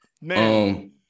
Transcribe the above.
Man